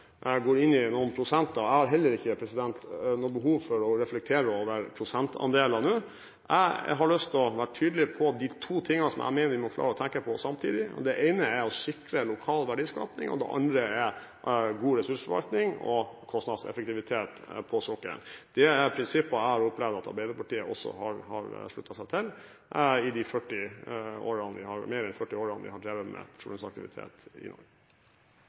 noe behov for å reflektere over prosentandeler nå. Jeg har lyst til å være tydelig på de to tingene som jeg mener vi må klare å tenke på samtidig: Det ene er å sikre lokal verdiskaping, og det andre er god ressursforvaltning og kostnadseffektivitet på sokkelen. Det er prinsipper jeg har opplevd at Arbeiderpartiet også har sluttet seg til i de mer enn 40 årene vi har drevet med petroleumsaktivitet i Norge.